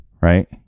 right